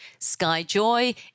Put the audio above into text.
Skyjoy